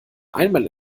einmal